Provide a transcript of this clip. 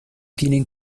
tienen